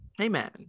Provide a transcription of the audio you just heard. Amen